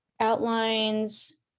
outlines